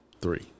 three